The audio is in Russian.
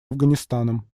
афганистаном